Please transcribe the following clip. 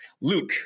Luke